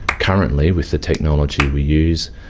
currently, with the technology we use,